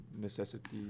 necessity